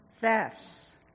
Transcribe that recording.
thefts